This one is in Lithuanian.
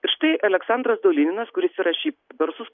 ir štai aleksandras dolininas kuris yra šiaip garsus